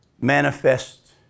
manifest